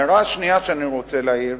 הערה שנייה שאני רוצה להעיר: